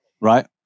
right